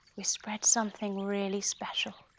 we spread something really special.